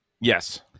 Yes